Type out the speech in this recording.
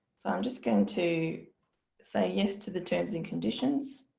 so i'm just going to say yes to the terms and conditions